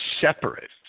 separate